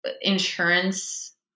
insurance